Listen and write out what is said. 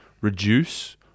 reduce